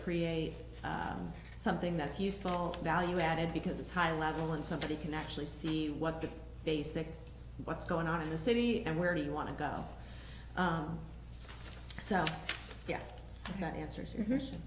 create something that's useful value added because it's high level and somebody can actually see what the basic what's going on in the city and where do you want to go so yeah that answer